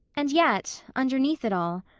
and yet, underneath it all,